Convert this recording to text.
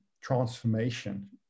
transformation